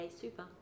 Super